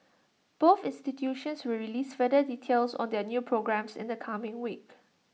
both institutions will release further details on their new programmes in the coming week